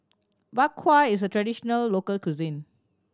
Bak Kwa is a traditional local cuisine